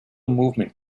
movement